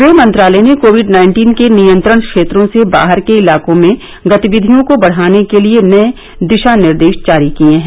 गृह मंत्रालय ने कोविड नाइन्टीन के नियंत्रण क्षेत्रों से बाहर के इलाकों में गतिविधियों को बढ़ाने के लिए नये दिशा निर्देश जारी किए हैं